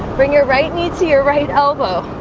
bring your right knee to your right elbow.